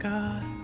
God